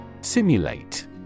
Simulate